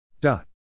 Dot